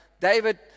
David